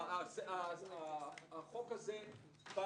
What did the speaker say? החוק הזה בא